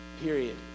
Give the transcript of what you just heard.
period